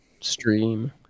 Stream